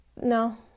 no